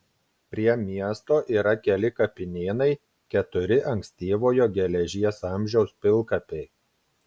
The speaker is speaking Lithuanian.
prie miesto yra keli kapinynai keturi ankstyvojo geležies amžiaus pilkapiai